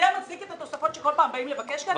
זה מצדיק את התוספות שכל פעם באים לבקש כאן?